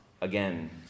again